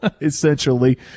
essentially